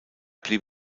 blieb